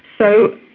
so,